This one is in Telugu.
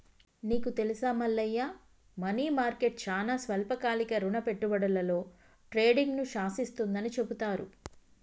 నీకు తెలుసా మల్లయ్య మనీ మార్కెట్ చానా స్వల్పకాలిక రుణ పెట్టుబడులలో ట్రేడింగ్ను శాసిస్తుందని చెబుతారు